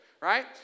Right